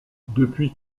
depuis